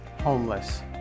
homeless